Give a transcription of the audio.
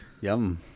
yum